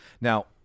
Now